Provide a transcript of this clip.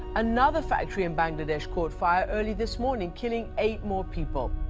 another factory in bangladesh caught fire early this morning, killing eight more people.